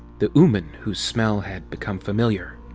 the ooman whose smell had become familiar.